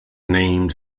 named